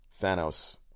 Thanos